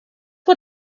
vor